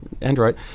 Android